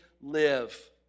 live